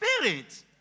Spirit